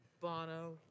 Bono